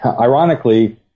Ironically